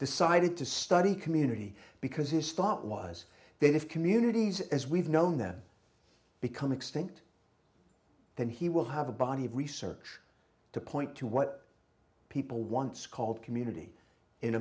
decided to study community because his thought was that if communities as we've known then become extinct then he will have a body of research to point to what people once called community in